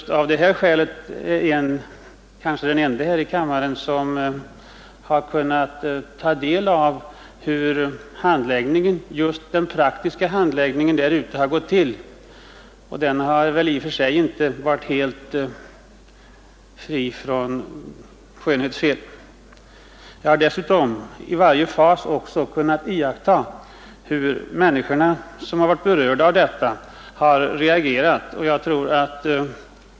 Å andra sidan är jag kanske den ende ledamoten här i kammaren som har kunnat ta del av hur den praktiska handläggningen har gestaltat sig, och den har inte varit helt fri från skönhetsfel. Jag har dessutom i varje fas kunnat iaktta hur de berörda människorna har reagerat.